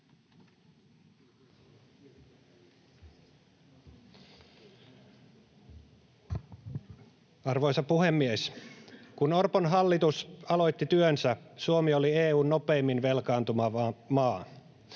Arvoisa puhemies! Kun Orpon hallitus aloitti työnsä, Suomi oli EU:n nopeimmin velkaantuva maa.